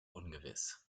ungewiss